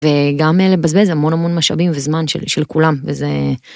וגם אלה בזבז המון המון משאבים וזמן של כולם וזה.